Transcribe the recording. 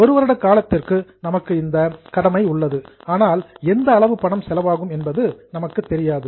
ஒரு வருட காலத்திற்கு நமக்கு இந்த ஆப்பிளிகேஷன் கடமை உள்ளது ஆனால் எந்த அளவு பணம் செலவாகும் என்பது நமக்குத் தெரியாது